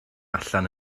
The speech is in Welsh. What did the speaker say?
allan